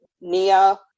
Nia